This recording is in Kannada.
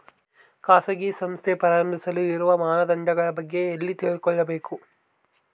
ಖಾಸಗಿ ಸಂಸ್ಥೆ ಪ್ರಾರಂಭಿಸಲು ಇರುವ ಮಾನದಂಡಗಳ ಬಗ್ಗೆ ಎಲ್ಲಿ ತಿಳ್ಕೊಬೇಕು?